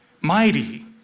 mighty